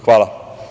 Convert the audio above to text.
Hvala.